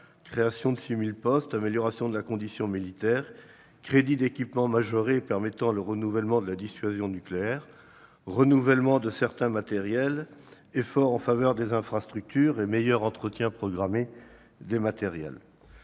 création de 6 000 postes, amélioration de la condition militaire, crédits d'équipement majorés permettant le renouvellement de la dissuasion nucléaire, renouvellement de certains matériels, efforts en faveur des infrastructures et meilleur entretien programmé des matériels.